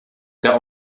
der